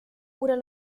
oder